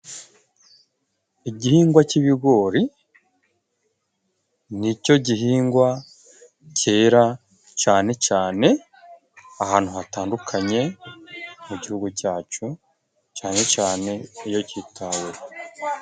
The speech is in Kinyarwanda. Igihingwa cyi'ibigori ni cyo gihingwa cyera cane cane ahantu hatandukanye mu gihugu cyacu, cane cane iyo cyitaweho.